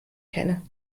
kenne